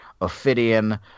Ophidian